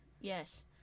Yes